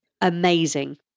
amazing